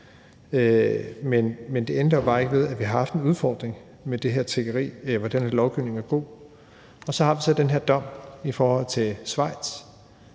men det ændrer bare ikke ved, at vi har haft en udfordring med det her tiggeri, hvor den her lovgivning er god. Så har vi den her dom i forhold til Schweiz